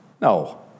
No